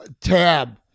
tab